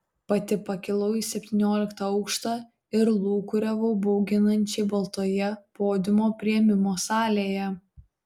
pati pakilau į septynioliktą aukštą ir lūkuriavau bauginančiai baltoje podiumo priėmimo salėje